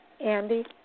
Andy